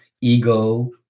ego